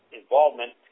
involvement